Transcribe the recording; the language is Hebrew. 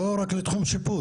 לא רק לתחום שיפוט.